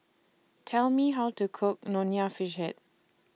Tell Me How to Cook Nonya Fish Head